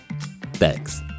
Thanks